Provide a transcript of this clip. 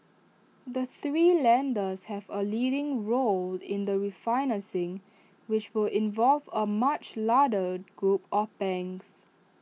the three lenders have A leading role in the refinancing which will involve A much larder group of banks